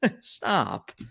stop